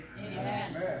Amen